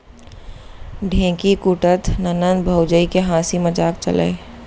ढेंकी कूटत ननंद भउजी के हांसी मजाक चलय